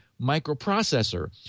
microprocessor